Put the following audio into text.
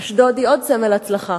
אשדוד היא עוד סמל הצלחה.